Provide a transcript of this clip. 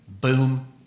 Boom